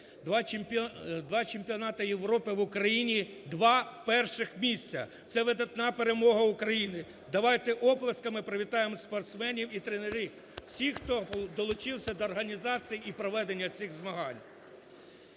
Два чемпіонати Європи в Україні – два перших місця! Це видатна перемога України. Давайте оплесками привітаємо спортсменів і тренерів, всіх, хто долучився до організації і проведення цих змагань.